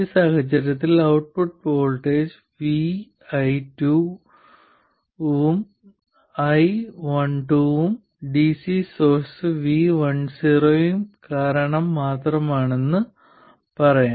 ഈ സാഹചര്യത്തിൽ output voltage vo2 ഉം iL2 ഉം dc സോഴ്സ് v10 കാരണം മാത്രമാണെന്ന് പറയാം